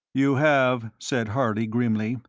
you have, said harley, grimly,